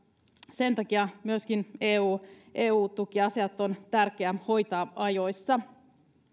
sen takia myöskin eu eu tukiasiat on tärkeä hoitaa ajoissa